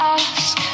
ask